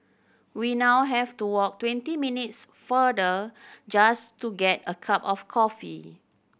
we now have to walk twenty minutes farther just to get a cup of coffee